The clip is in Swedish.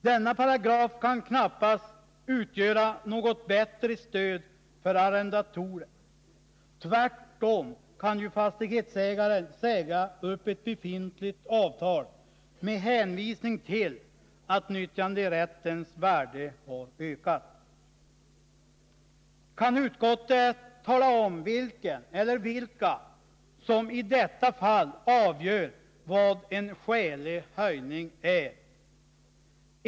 Denna paragraf kan knappast utgöra något bättre stöd för arrendatorer — tvärtom kan ju fastighetsägaren säga upp ett befintligt avtal med hänvisning till att nyttjanderättens värde har ökat. Kan utskottet tala om vem eller vilka som i detta fall avgör vad en skälig höjning är?